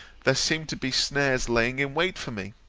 there seem to be snares laying in wait for me.